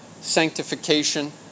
sanctification